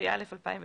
התשפ"א-2020